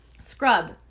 scrub